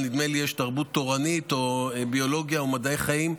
נדמה לי שיש תרבות תורנית או ביולוגיה או מדעי חיים,